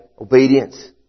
obedience